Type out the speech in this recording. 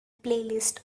playlist